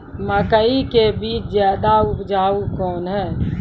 मकई के बीज ज्यादा उपजाऊ कौन है?